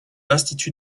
institut